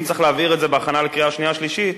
אם צריך להעביר את זה בהכנה לקריאה שנייה ושלישית,